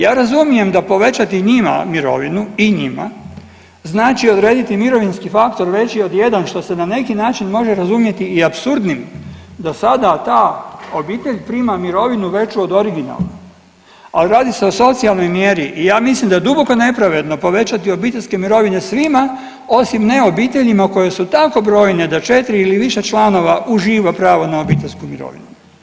Ja razumijem da povećati njima mirovinu i njima znači odrediti mirovinski faktor veći od 1 što se na neki način može razumjeti i apsurdnim, do sada ta obitelj prima mirovinu veću od originalne, al radi se o socijalnoj mjeri i ja mislim da je duboko nepravedno povećati obiteljske mirovine svima osim ne obiteljima koje su tako brojne da 4 ili više članova uživa pravo na obiteljsku mirovinu.